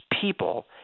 people